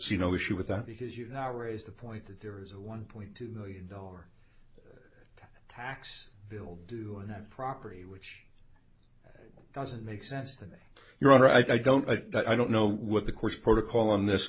see no issue with that because you now raise the point that there is a one point two million dollar tax bill do that property which doesn't make sense that your honor i don't i don't know what the course protocol on this